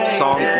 song